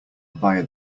via